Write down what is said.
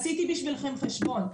עשיתי בשבילכם חשבון,